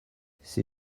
ses